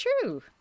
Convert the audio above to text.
true